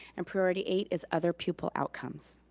and priority eight is other pupil outcomes.